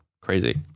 Crazy